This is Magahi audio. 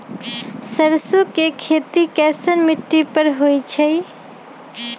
सरसों के खेती कैसन मिट्टी पर होई छाई?